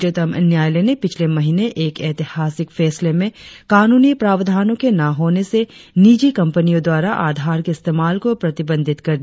उच्चतम न्यायालय ने पिछले महीने एक ऎतिहासिक फैसले में कानूनी प्रावधानों के न होने से निजी कंपनियों द्वारा आधार के इस्तेमाल को प्रतिबंधित कर दिया था